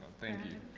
thank you.